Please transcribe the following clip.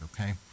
okay